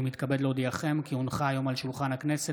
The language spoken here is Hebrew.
אני מתכבד להודיעכם כי הונחה היום על שולחן הכנסת